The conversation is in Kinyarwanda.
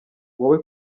wowe